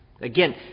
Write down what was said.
Again